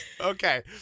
Okay